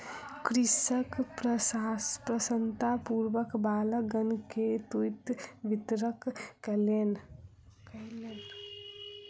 कृषक प्रसन्नतापूर्वक बालकगण के तूईत वितरित कयलैन